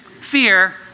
Fear